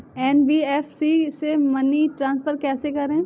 NBFC से money transfer कैसे करें?